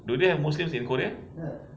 do they have muslim in korea